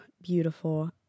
beautiful